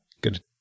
good